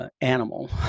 animal